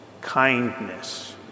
Kindness